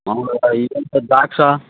అవునా ఇవి ఎంత ద్రాక్ష